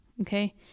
okay